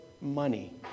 money